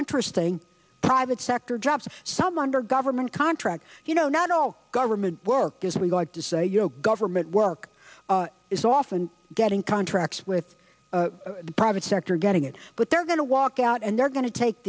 interesting private sector jobs some under government contract you know not all government workers we got to say you know government work is often getting contracts with the private sector getting it but they're going to walk out and they're going to take